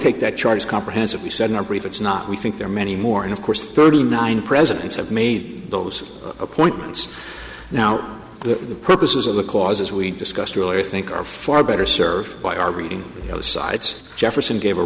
take that charge comprehensively said in our brief it's not we think there are many more in of course thirty nine presidents have made those appointments now the purposes of the clause as we discussed earlier think are far better served by our reading those sites jefferson gave a